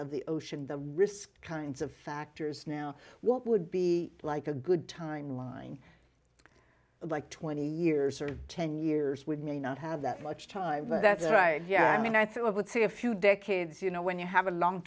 of the ocean the risk kinds of factors now what would be like a good timeline like twenty years or ten years we may not have that much time but that's right yeah i mean i thought i would say a few decades you know when you have a long